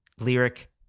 lyric